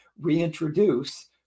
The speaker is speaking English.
reintroduce